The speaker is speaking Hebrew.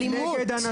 את מסיתה נגד אנשים.